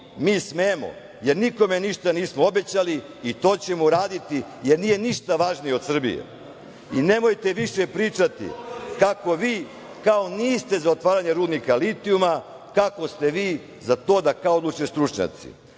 smemo, jer nikome ništa nismo obećali i to ćemo uraditi, jer nije ništa važnije od Srbije. I nemojte više pričati kako vi kao niste za otvaranje rudnika litijuma, kako ste vi za to da kao odluče stručnjaci.